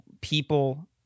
People